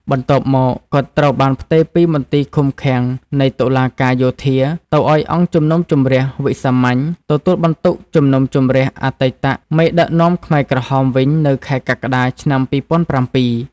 បន្ទាប់មក គាត់ ត្រូវបានផ្ទេរពីមន្ទីរឃុំឃាំងនៃតុលាការយោធា ទៅឱ្យអង្គជំនុំជម្រះវិសាមញ្ញ ទទួលបន្ទុកជំនុំជម្រះអតីតមេដឹកនាំខ្មែរក្រហមវិញនៅខែកក្កដា ឆ្នាំ ២០០៧។